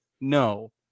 no